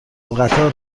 قطار